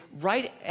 right